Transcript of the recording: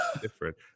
different